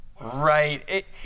right